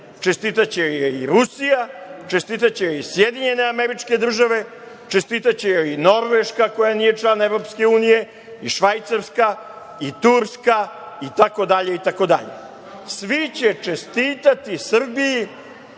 Čestitaće i Rusija. Čestitaće i Sjedinjene američke države. Čestitaće joj i Norveška koja nije član EU i Švajcarska i Turska itd. Svi će čestitati Srbiji